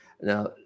Now